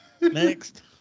Next